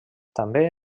també